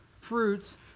fruits